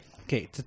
okay